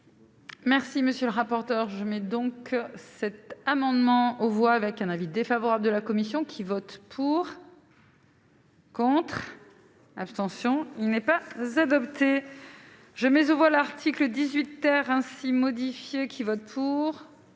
Merci, monsieur le rapporteur, je mets donc cet amendement on voit avec un avis défavorable de la commission qui vote pour. Contre, abstention, il n'est pas The adopté je mais on voit l'article 18 heures ainsi qui votent pour,